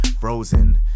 frozen